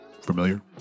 familiar